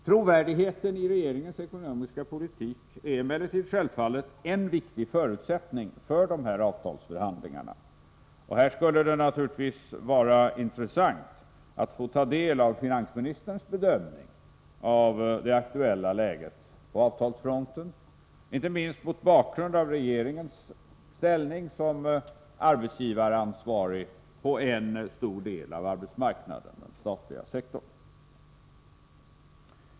Trovärdigheten i regeringens ekonomiska politik är självfallet en viktig förutsättning för dessa avtalsförhandlingar. Här skulle det naturligtvis vara intressant att få ta del av finansministerns bedömning av det aktuella läget på avtalsfronten, inte minst mot bakgrund av regeringens ställning som arbetsgivaransvarig på en stor del av arbetsmarknaden, den statliga sektorn.